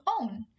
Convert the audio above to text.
own